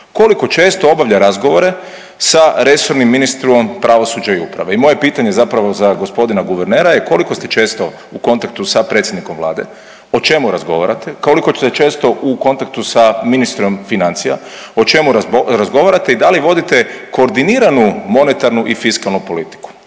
Koliko često obavlja razgovore sa resornim ministrom pravosuđa i uprave? I moje pitanje zapravo za gospodina guvernera je, koliko ste često u kontaktu sa predsjednikom Vlade? O čemu razgovarate? Koliko ste često u kontaktu sa ministrom financija? O čemu razgovarate i da li vodite koordiniranu monetarnu i fiskalnu politiku?